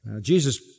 Jesus